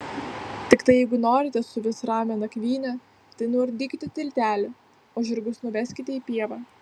tiktai jeigu norite suvis ramią nakvynę tai nuardykite tiltelį o žirgus nuveskite į pievą